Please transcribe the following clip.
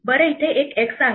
बरं इथे एक x आहे